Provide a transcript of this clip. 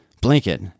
blanket